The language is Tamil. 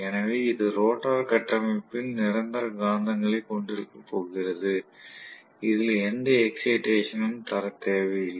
எனவே இது ரோட்டார் கட்டமைப்பில் நிரந்தர காந்தங்களைக் கொண்டிருக்கப் போகிறது இதில் எந்த எக்ஸைடேசன் ம் தர தேவையில்லை